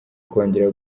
kongera